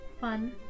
fun